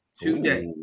today